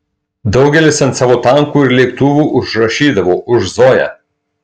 daugelis ant savo tankų ir lėktuvų užrašydavo už zoją